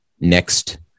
Next